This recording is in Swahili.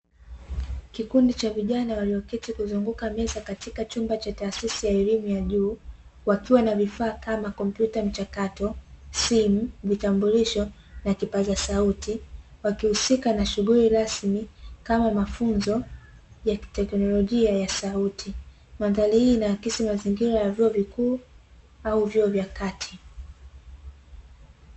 Kikundi cha vijana walioketi kuzunguka meza katika chumba cha taasisi ya elimu ya juu, wakiwa na vifaa kama: kompyuta mpakato, simu, vitambulisho na kipaza sauti; wakihusika na shughuli rasmi kama mafunzo ya kiteknolojia ya sauti. Mandhari hii inaakisi mazingira ya vyuo vikuu au vyuo vya kati.